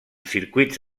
circuits